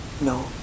No